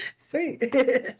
Sweet